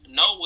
no